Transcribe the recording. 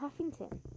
Huffington